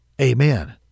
Amen